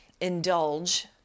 indulge